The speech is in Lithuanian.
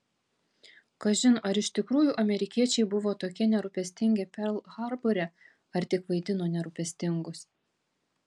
kažin ar iš tikrųjų amerikiečiai buvo tokie nerūpestingi perl harbore ar tik vaidino nerūpestingus